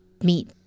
meet